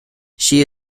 she